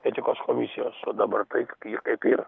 etikos komisijos o dabar taip yr kaip yr